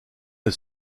les